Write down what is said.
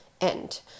end